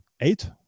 eight